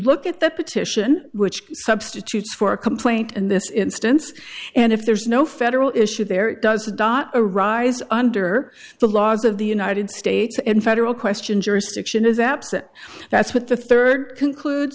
look at the petition which substitutes for a complaint in this instance and if there's no federal issue there it does dot a rise under the laws of the united states and federal question jurisdiction is absent that's what the third conclude